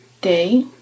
day